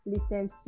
Listen